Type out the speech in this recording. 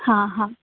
हां हां